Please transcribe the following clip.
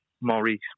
Maurice